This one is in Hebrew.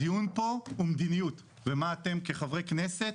הדיון פה הוא מדיניות ומה אתם כחברי כנסת,